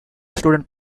students